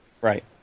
Right